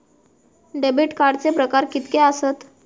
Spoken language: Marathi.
डेबिट कार्डचे प्रकार कीतके आसत?